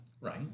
Right